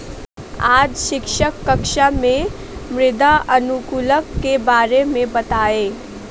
आज शिक्षक कक्षा में मृदा अनुकूलक के बारे में बताएं